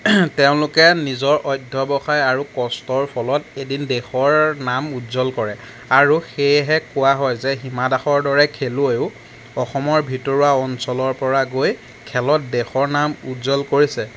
তেওঁলোকে নিজৰ অধ্যৱসায় আৰু কষ্টৰ বলত এদিন দেশৰ নাম উজ্জ্বল কৰে আৰু সেয়েহে কোৱা হয় যে হিমা দাসৰ দৰে খেলুৱৈও অসমৰ ভিতৰুৱা অঞ্চলৰপৰা গৈ খেলত দেশৰ নাম উজ্জ্বল কৰিছে